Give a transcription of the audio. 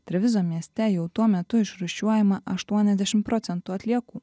trevizo mieste jau tuo metu išrūšiuojama aštuoniasdešim procentų atliekų